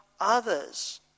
others